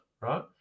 right